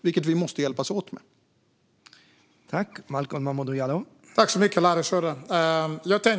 Vi måste hjälpas åt med det.